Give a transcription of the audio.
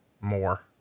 more